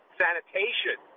sanitation